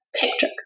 picture